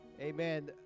Amen